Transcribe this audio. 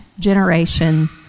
generation